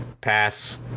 Pass